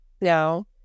Now